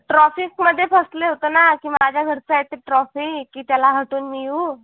ट्रॉफिकमध्ये फसले होते ना की माझ्या घरचा आहे ते ट्रॉफिक की त्याला हटवून मी येऊ